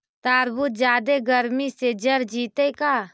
तारबुज जादे गर्मी से जर जितै का?